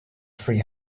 three